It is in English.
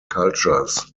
cultures